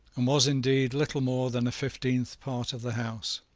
and was indeed little more than a fifteenth part of the house.